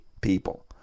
people